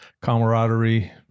camaraderie